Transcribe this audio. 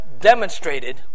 demonstrated